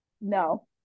no